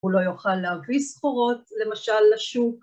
הוא לא יוכל להביא סחורות למשל לשוק